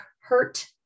hurt